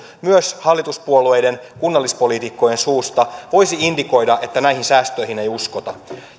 myös hallituspuolueiden kunnallispoliitikkojen suusta voisi indikoida että näihin säästöihin ei uskota